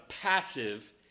passive